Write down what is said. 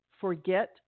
forget